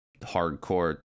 hardcore